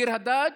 בביר הדאג'